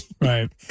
Right